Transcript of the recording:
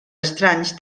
estranys